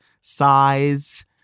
size